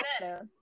better